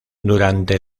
durante